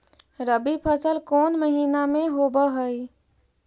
रबी फसल कोन महिना में होब हई?